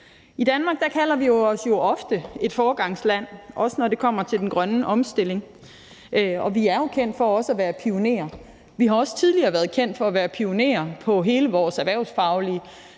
I Danmark kalder vi os jo ofte et foregangsland, også når det kommer til den grønne omstilling, og vi er også kendt for at være pionerer. Vi har også tidligere været kendt for at være pionerer med hele vores erhvervsfaglige,